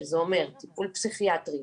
שזה אומר טיפול פסיכיאטרי,